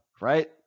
Right